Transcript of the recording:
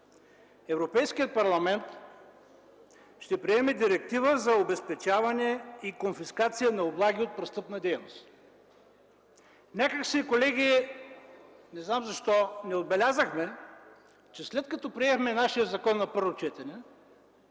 Европейският парламент ще приеме Директива за обезпечаване и конфискация на облаги от престъпна дейност. Някак си, колеги, не знам защо не отбелязахме, че след като приехме нашия закон на първо четене,